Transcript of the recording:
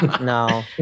No